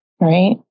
Right